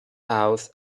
house